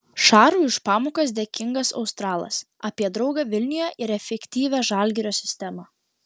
šarui už pamokas dėkingas australas apie draugą vilniuje ir efektyvią žalgirio sistemą